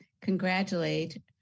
congratulate